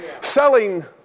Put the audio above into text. selling